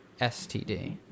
STD